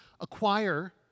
acquire